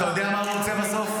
מלכיאלי, אתה יודע מה הוא רוצה בסוף?